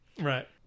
Right